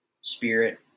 spirit